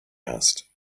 asked